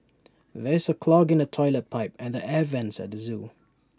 there is A clog in the Toilet Pipe and the air Vents at the Zoo